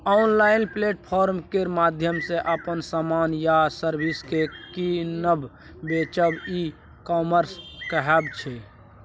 online platform केर माध्यमसँ अपन समान या सर्विस केँ कीनब बेचब ई कामर्स कहाबै छै